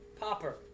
popper